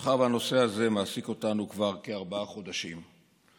מאחר שהנושא הזה מעסיק אותנו כבר כארבעה חודשים.